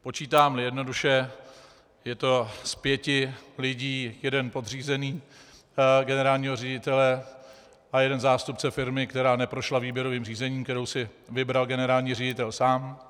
Počítámli jednoduše, je to z pěti lidí jeden podřízený generálního ředitele a jeden zástupce firmy, která neprošla výběrovým řízením, kterou si vybral generální ředitel sám.